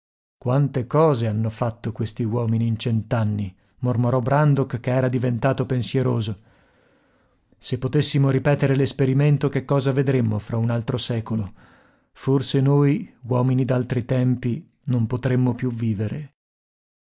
quante cose hanno fatto questi uomini in cent'anni mormorò brandok che era diventato pensieroso se potessimo ripetere l'esperimento che cosa vedremmo fra un altro secolo forse noi uomini d'altri tempi non potremmo più vivere